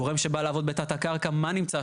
גורם שבא לעבוד בתת הקרקע מה נמצא שם?